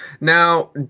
now